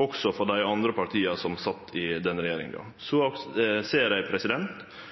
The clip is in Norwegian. også for dei andre partia som sat i den regjeringa. Eg ser